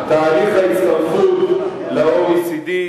תהליך ההצטרפות ל-OECD,